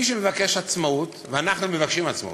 מי שמבקש עצמאות, ואנחנו מבקשים עצמאות,